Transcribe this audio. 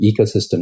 ecosystem